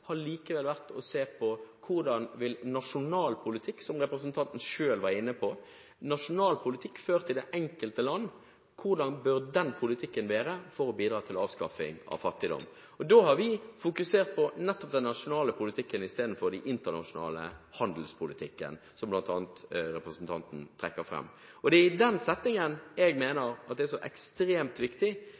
har likevel vært å se på hvordan nasjonal politikk – som representanten selv var inne på – ført i det enkelte land bør være for å bidra til å avskaffe fattigdom. Da har vi fokusert på nettopp den nasjonale politikken i stedet for den internasjonale handelspolitikken, som bl.a. representanten trekker fram. Det er i den settingen jeg mener det er så ekstremt viktig